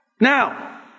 Now